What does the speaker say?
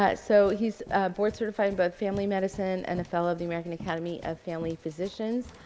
ah so, he's board certified in both family medicine and a fellow of the american academy of family physicians.